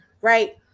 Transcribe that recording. right